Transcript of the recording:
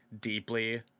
deeply